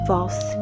False